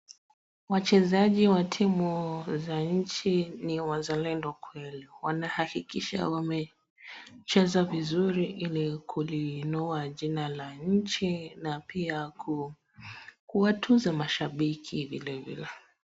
Wachezaji wa timu za nchi ni wazalendo kweli. Wanahakikisha wamecheza vizuri ili kuliinua jina la nchi na pia kuwatuza mashambiki vile vile.